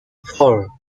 four